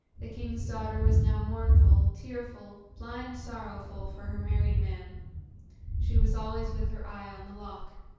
the king's daughter was now mournful, tearful, blind-sorrowful for her married man she was always with her eye on the loch.